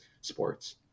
sports